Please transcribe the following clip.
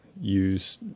use